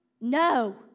No